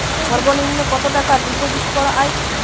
সর্ব নিম্ন কতটাকা ডিপোজিট করা য়ায়?